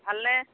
ভালনে